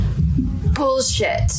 bullshit